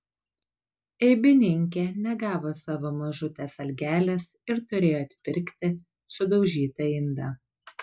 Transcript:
eibininkė negavo savo mažutės algelės ir turėjo atpirkti sudaužytą indą